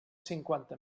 cinquanta